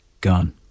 gone